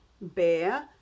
bear